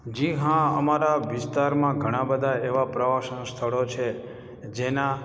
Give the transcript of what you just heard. જી હા અમારા વિસ્તારમાં ઘણાં બધા એવા પ્રવાસન સ્થળો છે જેના